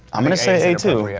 i'm gonna say a too. yeah